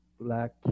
black